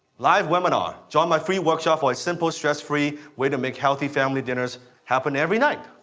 live webinar. join my free workshop for a simple, stress-free way to make healthy family dinners happen every night.